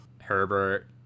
Herbert